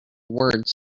words